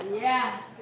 Yes